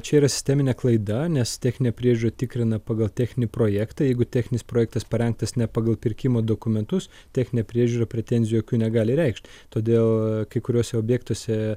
čia yra sisteminė klaida nes techninę priežiūrą tikrina pagal techninį projektą jeigu techninis projektas parengtas ne pagal pirkimo dokumentus techninė priežiūra pretenzijų jokių negali reikšt todėl kai kuriuose objektuose